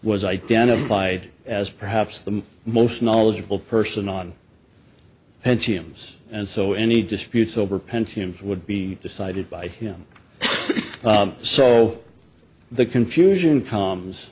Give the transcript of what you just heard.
was identified as perhaps the most knowledgeable person on pentiums and so any disputes over pentiums would be decided by him so the co